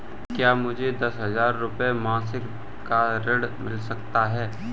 क्या मुझे दस हजार रुपये मासिक का ऋण मिल सकता है?